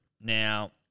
Now